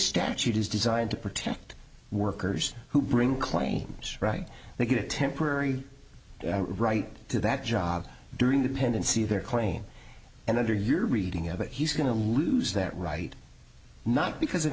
statute is designed to protect workers who bring claims right they get a temporary right to that job during the pendency their claim and under your reading of it he's going to lose that right not because of